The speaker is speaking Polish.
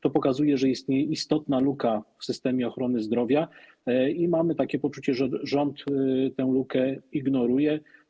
To pokazuje, że istnieje istotna luka w systemie ochrony zdrowia, i mamy poczucie, że rząd tę lukę ignoruje.